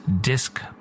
disc